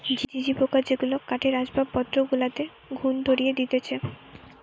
ঝিঝি পোকা যেগুলা কাঠের আসবাবপত্র গুলাতে ঘুন ধরিয়ে দিতেছে